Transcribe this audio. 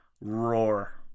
roar